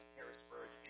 Harrisburg